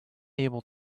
able